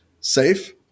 safe